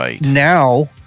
now